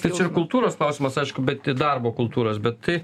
tai čia kultūros klausimas aišku bet darbo kultūros bet tai